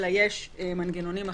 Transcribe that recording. אלא יש מנגנונים אחרים.